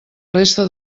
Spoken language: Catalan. resta